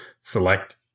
select